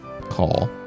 call